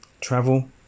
Travel